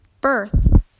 birth